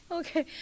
okay